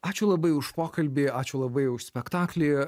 ačiū labai už pokalbį ačiū labai už spektaklį